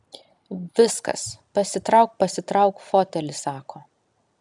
viskas pasitrauk pasitrauk fotelį sako